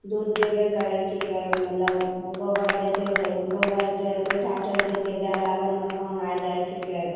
दूध देबे करै छिकै मतलब गोबर दै छै जे ओ गोबर तऽ गोइठा ठोकि दै छिए जलावनमे काम आ जाइ छिकै